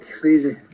crazy